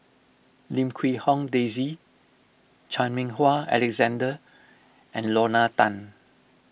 Lim Quee Hong Daisy Chan Meng Wah Alexander and Lorna Tan